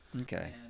Okay